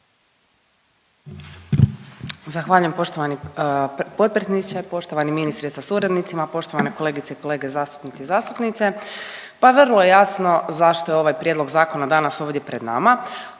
Zahvaljujem poštovani potpredsjedniče. Poštovani ministre sa suradnicima, poštovane kolegice i kolege zastupnice i zastupnici, pa vrlo je jasno zašto je ovaj prijedlog danas ovdje pred nama